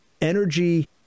energy